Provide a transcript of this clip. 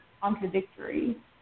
contradictory